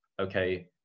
Okay